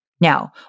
Now